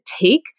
take